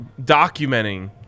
documenting